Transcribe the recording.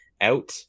out